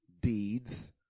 deeds